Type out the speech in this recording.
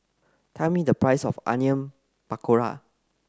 tell me the price of Onion Pakora